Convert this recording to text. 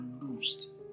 loosed